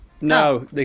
No